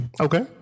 Okay